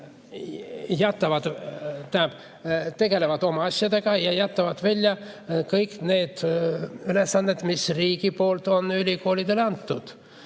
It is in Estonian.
tegelevad oma asjadega ja jätavad välja kõik need ülesanded, mis riik on ülikoolidele andnud,